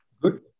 Good